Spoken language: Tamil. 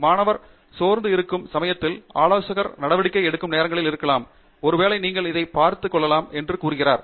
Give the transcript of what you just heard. மாணவர் சோர்ந்து இருக்கும் சமயத்தில் ஆலோசகர் நடவடிக்கை எடுக்கும் நேரங்களில் இருக்கலாம் ஒருவேளை நீங்கள் இதைப் பார்த்துக் கொள்ளலாம் என்று கூறுகிறார்